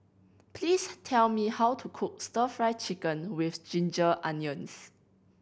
please tell me how to cook Stir Fry Chicken with ginger onions